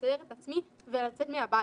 לסדר את עצמי ולצאת מהבית.